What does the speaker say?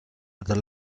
the